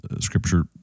Scripture